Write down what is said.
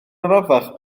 arafach